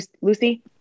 Lucy